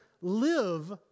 live